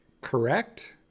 correct